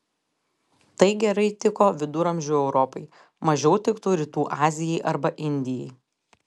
tai gerai tiko viduramžių europai mažiau tiktų rytų azijai arba indijai